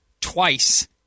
twice